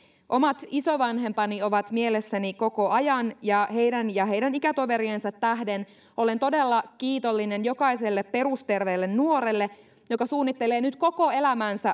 omat isovanhempani ovat mielessäni koko ajan ja heidän ja heidän ikätoveriensa tähden olen todella kiitollinen jokaiselle perusterveelle nuorelle joka suunnittelee nyt koko elämänsä